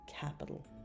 capital